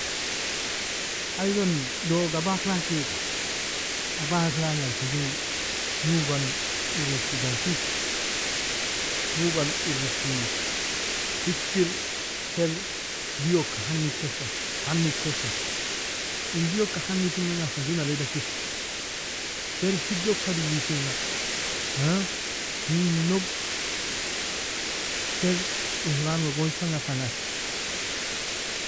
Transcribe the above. Aylon dooga abak lang kiega, abak langa ay fa jue nuban urogki dan tigs, nuban urogki hikir ter dieoka hannet kessa, hannet kessa, in dieoka hannet innanga fa jue naleda kis, ter hiddoka duisinga, minog ter ihramga gognsanga fa nas.